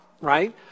right